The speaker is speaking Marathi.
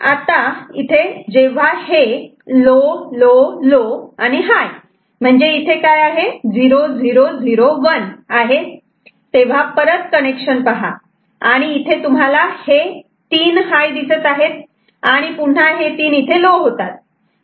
आता जेव्हा हे लो लो लो हाय म्हणजे इथे 0001 आहे तेव्हा परत कनेक्शन पहा आणि इथे तुम्हाला हे 3 हाय दिसत आहेत आणि पुन्हा हे तीन इथे लो होतात